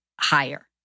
higher